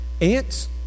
ants